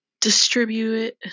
distribute